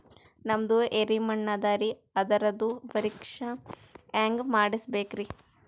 ನಮ್ದು ಎರಿ ಮಣ್ಣದರಿ, ಅದರದು ಪರೀಕ್ಷಾ ಹ್ಯಾಂಗ್ ಮಾಡಿಸ್ಬೇಕ್ರಿ?